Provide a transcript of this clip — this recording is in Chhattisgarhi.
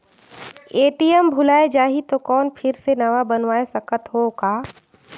ए.टी.एम भुलाये जाही तो कौन फिर से नवा बनवाय सकत हो का?